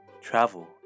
travel